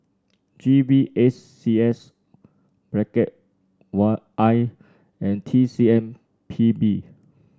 G V S C S one I and T C M P B